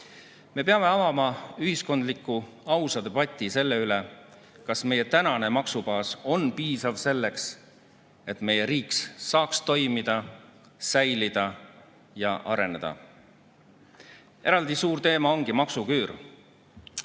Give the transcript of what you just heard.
Me peame avama ühiskondliku ausa debati selle üle, kas meie tänane maksubaas on piisav selleks, et meie riik saaks toimida, säilida ja areneda. Eraldi suur teema ongi maksuküür.